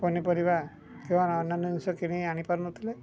ପନିପରିବା କିମ୍ବା ଅନ୍ୟାନ୍ୟ ଜିନିଷ କିଣି ଆଣି ପାରୁନଥିଲେ